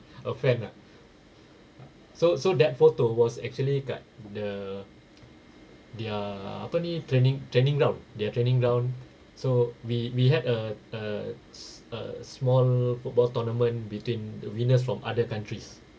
a fan lah ah so so that photo was actually kat the their apa ni training training ground their training ground so we we had a a s~ a small football tournament between the winners from other countries